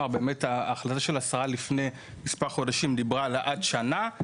ההחלטה של השרה לפני מספר חודשים דיברה על עד שנה.